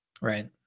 Right